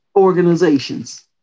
organizations